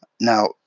Now